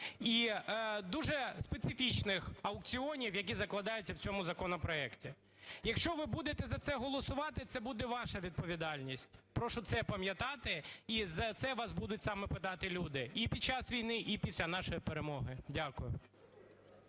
І дуже специфічних аукціонів, які закладаються в цьому законопроекті. Якщо ви буде за це голосувати, це буде ваша відповідальність. Прошу це пам'ятати. І за це вас будуть саме питати люди, і під час війни, і після нашої перемоги. Дякую.